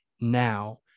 now